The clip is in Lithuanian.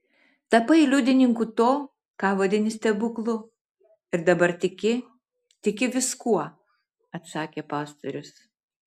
tapai liudininku to ką vadini stebuklu ir dabar tiki tiki viskuo atsakė pastorius